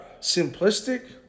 simplistic